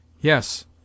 Yes